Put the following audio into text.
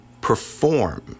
perform